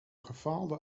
gefaalde